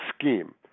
scheme